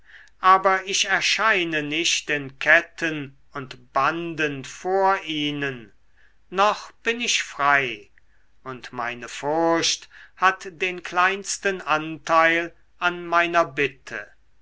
aber ich erscheine nicht in ketten und banden vor ihnen noch bin ich frei und meine furcht hat den kleinsten anteil an meiner bitte